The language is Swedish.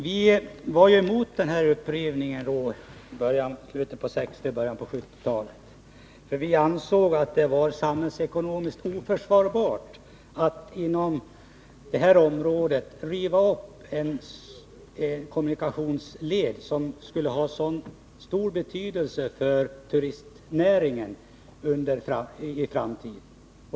Vi var emot beslutet att riva upp rälsen på denna sträcka i slutet av 1960-talet och början av 1970-talet, eftersom vi ansåg att det var samhällsekonomiskt oförsvarbart att inom detta område riva upp en kommunikationsled som skulle ha stor betydelse för turistnäringen i framtiden.